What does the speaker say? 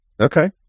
okay